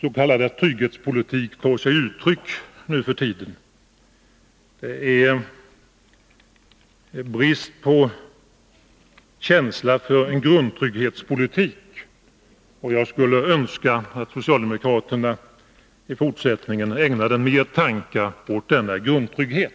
s.k. trygghetspolitik tar sig uttryck nu för tiden. Det är en brist på känsla för en grundtrygghetspolitik. Jag skulle önska att socialdemokraterna i fortsättningen ägnade mer tankar åt denna grundtrygghet.